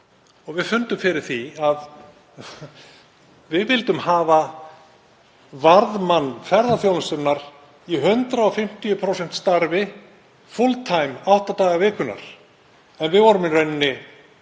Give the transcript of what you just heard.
að við fundum fyrir því að við vildum hafa varðmann ferðaþjónustunnar í 150% starfi, „full time“, átta daga vikunnar en við vorum í rauninni